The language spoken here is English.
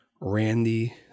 Randy